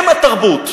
הם התרבות.